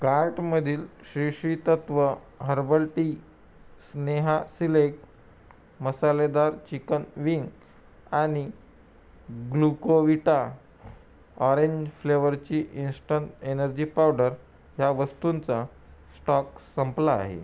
कार्टमधील Sri Sri Tattva herbal tea Sneha सिलेक मसालेदार चिकन विंग आणि ग्लुकोविटा ऑरेंज फ्लेवरची इंस्टंट एनर्जी पावडर ह्या वस्तूंचा स्टॉक संपला आहे